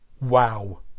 Wow